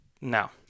Now